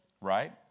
Right